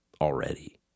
already